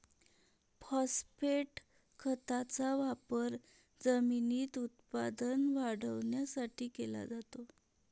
phosphate खताचा वापर जमिनीत उत्पादन वाढवण्यासाठी केला जातो